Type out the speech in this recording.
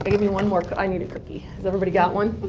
give me one more. i need a cookie. does everybody got one?